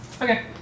okay